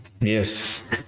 yes